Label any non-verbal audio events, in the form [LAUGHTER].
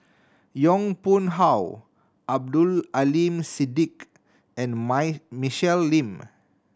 Yong Pung How Abdul Aleem Siddique and [UNINTELLIGIBLE] Michelle Lim